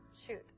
Shoot